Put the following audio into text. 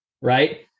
right